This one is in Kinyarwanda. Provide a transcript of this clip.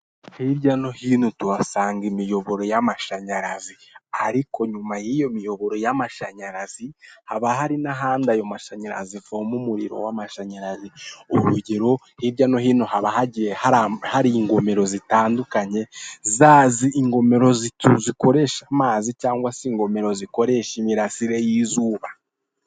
Hirya no hino tuhasanga imiyoboro y'amashanyarazi, ariko nyuma yiyo miyoboro y'amashanyarazi haba hari n'ahandi ayo mashanyarazi avoma umuriro w'amashanyarazi. Urugero, hirya no hino haba hagiye hari ingomero zitandukanye, ingomero zikoresha amazi cyangwa se ingomero zikoresha imirasire y'izuba.